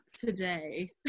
today